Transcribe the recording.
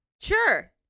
Sure